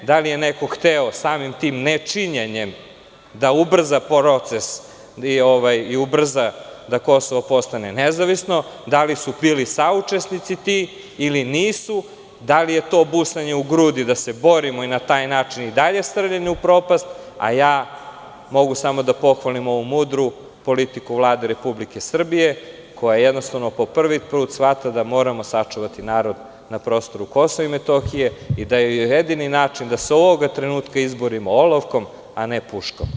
Da li je neko hteo samim tim nečinjenjem da ubrza proces i ubrza da Kosovo postane nezavisno, da li su bili saučesnici ti ili nisu, da li je to busanje u grudi, da se borimo i na taj način i dalje srljanje u propast, a ja samo mogu da pohvalim ovu mudru politiku Vlade Republike Srbije, koja jednostavno po prvi put shvata da moramo sačuvati narod na prostoru Kosova i Metohije i da je jedini način da se ovog trenutka izborimo olovkom, a ne puškom.